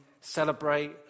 celebrate